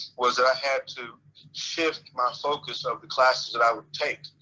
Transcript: was that i had to shift my focus of the classes that i would take.